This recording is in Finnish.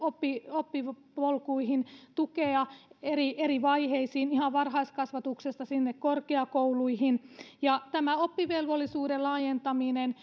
oppipolkuihin tukea eri eri vaiheisiin ihan varhaiskasvatuksesta sinne korkeakouluihin ja tämä oppivelvollisuuden laajentaminen